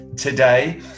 today